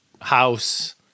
house